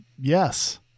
yes